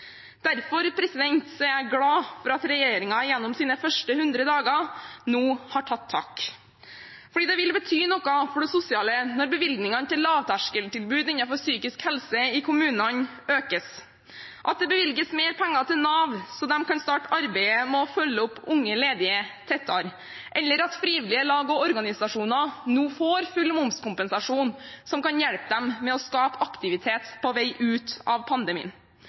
Derfor er jeg glad for at regjeringen gjennom sine første 100 dager nå har tatt tak. For det vil bety noe for det sosiale når bevilgningene til lavterskeltilbud innenfor psykisk helse i kommunene økes. Det vil bety noe at det bevilges mer penger til Nav, så de kan starte arbeidet med å følge opp unge ledige tettere, eller at frivillige lag og organisasjoner nå får full momskompensasjon, noe som kan hjelpe dem med å skape aktivitet på vei ut av pandemien.